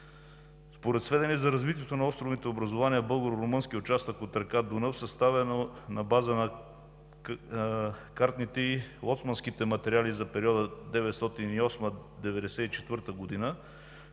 Според сведения за развитието на островните образувания в българо-румънския участък от река Дунав, съставено на база на картите и лоцманските материали за периода 1908 –